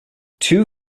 two